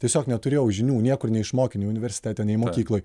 tiesiog neturėjau žinių niekur neišmokė nei universitetinėj mokykloj